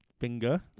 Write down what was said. finger